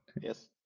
Yes